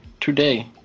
today